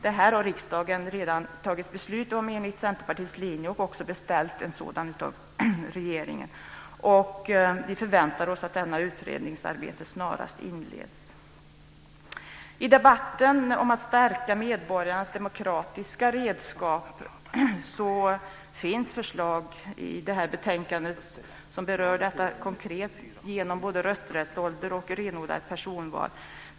Detta har riksdagen redan fattat beslut om enligt Centerpartiets linje och också beställt en sådan utredning av regeringen. Vi förväntar oss att detta utredningsarbete snarast inleds. När det gäller debatten om att stärka medborgarnas demokratiska redskap finns det förslag i det här betänkandet som berör detta konkret genom frågorna om både rösträttsålder och renodlade personval.